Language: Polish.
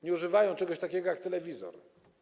Nie używają oni czegoś takiego jak telewizor.